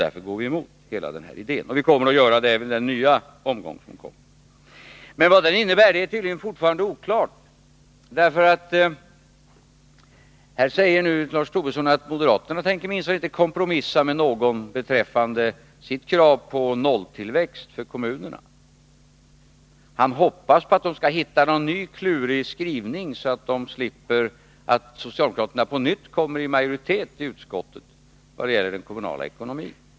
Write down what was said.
Därför går vi emot hela den här idén. Och vi kommer att göra det även i den nya omgång som följer. Men vad den innebär är tydligen fortfarande oklart. Lars Tobisson säger nu att moderaterna inte tänker kompromissa med någon om sitt krav på nolltillväxt för kommunerna. Han hoppas att man i utskottet skall hitta någon ny klurig skrivning för att undvika att socialdemokraterna på nytt får majoritet när det gäller den kommunala ekonomin!